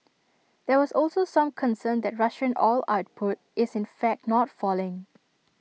there was also some concern that Russian oil output is in fact not falling